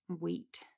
wheat